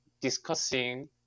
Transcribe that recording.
discussing